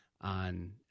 on